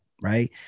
right